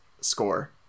score